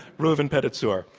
reuven pedatzur.